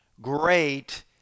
Great